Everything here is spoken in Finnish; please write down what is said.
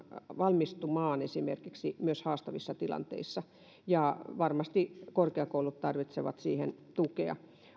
valmistumaan esimerkiksi myös haastavissa tilanteissa ja varmasti korkeakoulut tarvitsevat siihen tukea